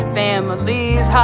families